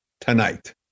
tonight